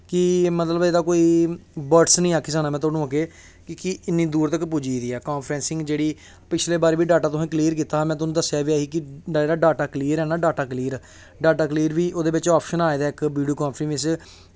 कि मतलव एह्दा कोई बर्डज नी आक्खी सकना में तोहानू कि के एड्डी दूर तक पुज्जी गेदी ऐ कांप्रैंसिंग जेह्ड़ी पिछले बारी बी तुसें डाटा क्लीयर कीता में में दस्सेआ बी हा कि डाटा क्लेयर ऐ ना डाटा क्लेयर डाटा क्लेयर बी क आप्शन आए दा वीडियो कांफ्रैंसिंग बिच्च